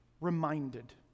reminded